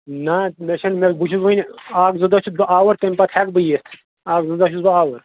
نہَ حظ مےٚ چھَنہٕ مےٚ بہٕ چھُس وُنہِ اَکھ زٕ دۄہ چھُس بہٕ اَوُر تَمہِ پَتہٕ ہٮ۪کہٕ بہٕ یِتھ اکھ زٕ دۄہ چھُس بہٕ آوُر